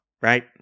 right